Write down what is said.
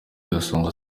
gasongo